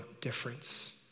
difference